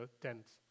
tents